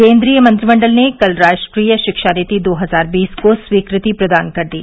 केंद्रीय मंत्रिमंडल ने कल राष्ट्रीय शिक्षा नीति दो हजार बीस को स्वीकृति प्रदान कर दी